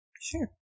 Sure